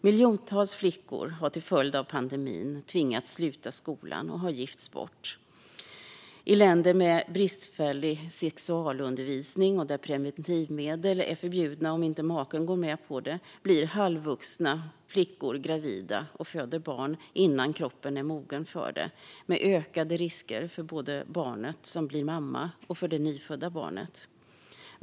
Miljontals flickor har till följd av pandemin tvingats sluta skolan och har gifts bort. I länder med bristfällig sexualundervisning och där preventivmedel är förbjudna om inte maken går med på det blir halvvuxna flickor gravida och föder barn innan kroppen är mogen för det, vilket innebär ökade risker både för barnet som blir mamma och för det nyfödda barnet.